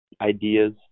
ideas